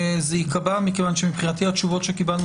זה ייקבע מכיוון שמבחינתי התשובות שקיבלנו